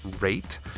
rate